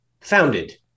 founded